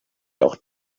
auch